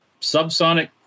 Subsonic